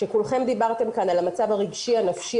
שכולכם דיברתם כאן על המצב הרגשי-הנפשי